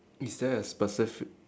is there a specifi~